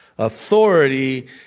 Authority